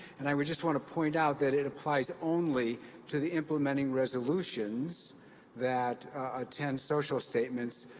and i just want to point out that it applies only to the implementing resolutions that attend social statements.